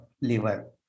liver